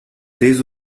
dès